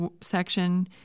section